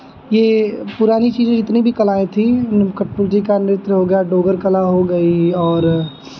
ये पुरानी चीज़ें जितनी भी कलाएँ थीं उन कठपुतली का नृत्य हो गया या डोगर कला हो गई और